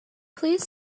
please